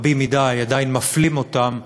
רבים מדי, עדיין מפלים אותם